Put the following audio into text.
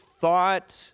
thought